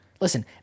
Listen